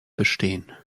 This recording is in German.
bestehen